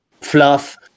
Fluff